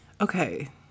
okay